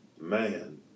Man